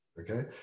Okay